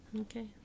Okay